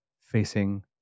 facing